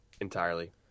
entirely